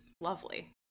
lovely